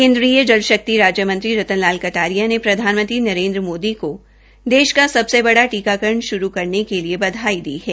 केंन्द्रीय जल शक्ति राज्य मंत्री रतन लाल कटारिया ने प्रधानमंत्री नरेन्द्र मोदी को देष का सबसे बड़ा टीकाकरण शुरू करने के लिए बधाई दी है